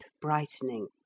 brightening